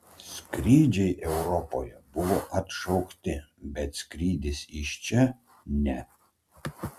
skrydžiai europoje buvo atšaukti bet skrydis iš čia ne